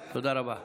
תודה רבה.